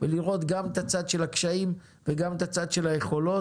לראות גם את הצד של הקשיים וגם את הצד של היכולות.